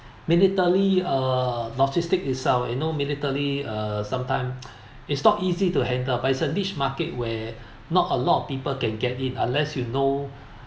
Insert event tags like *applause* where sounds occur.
military uh logistics itself you know military uh sometime *noise* is not easy to handle but it's a niche market where not a lot of people can get it unless you know